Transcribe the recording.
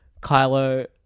Kylo